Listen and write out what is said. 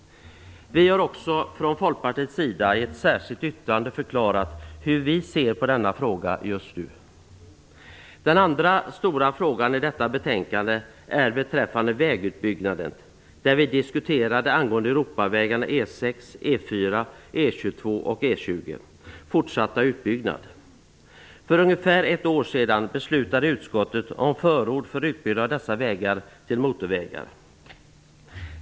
Vi har från Folkpartiets sida i ett särskilt yttrande förklarat hur vi ser på denna fråga just nu. Den andra stora frågan i detta betänkande gäller vägutbyggnaden, där vi diskuterar fortsatt utbyggnad av Europavägarna E 6, E 4, E 22 och E 20. För ungefär ett år sedan förordade utskottet en utbyggnad av dessa vägar till motorvägar.